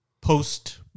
post